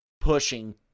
pushing